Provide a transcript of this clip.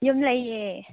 ꯌꯨꯝ ꯂꯩꯌꯦ